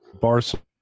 Barcelona